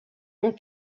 ont